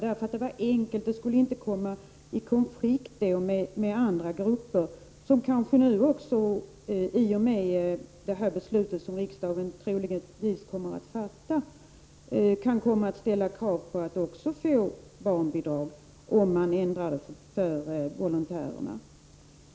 Det är enkelt, och man skulle inte komma i konflikt med andra grupper som kanske också efter det beslut som riksdagen troligen kommer att fatta kan komma att ställa krav på att få barnbidrag, om man nu ändrar det för volontärerna.